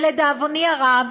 ולדאבוני הרב,